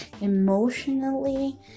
emotionally